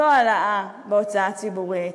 לא העלאה בהוצאה הציבורית,